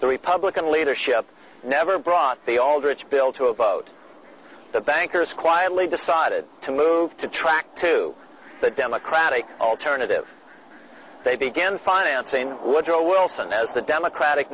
the republican leadership never brought the aldrich bill to a vote the bankers quietly decided to move to track to the democratic alternative they began financing woodrow wilson as the democratic